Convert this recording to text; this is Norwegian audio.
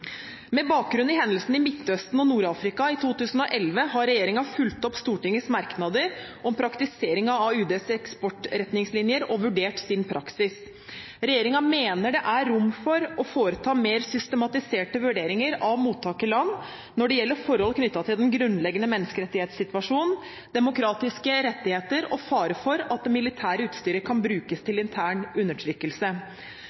Med bakgrunn i hendelsene i Midtøsten og Nord-Afrika i 2011 har regjeringen fulgt opp Stortingets merknader om praktiseringen av UDs eksportretningslinjer og vurdert sin praksis. Regjeringen mener det er rom for å foreta mer systematiserte vurderinger av mottakerland når det gjelder forhold knyttet ti1 den grunnleggende menneskerettighetssituasjonen, demokratiske rettigheter og fare for at det militære utstyret kan brukes